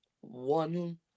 One